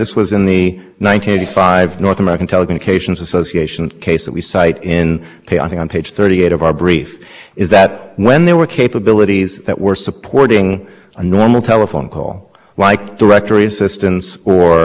number to a specific long a telephone number because that was simply part of the normal telecommunications service it was telecommunications management but it said that if instead those things were incidental to setting up a different capability and information